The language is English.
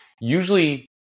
Usually